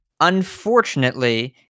unfortunately